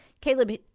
Caleb